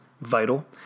vital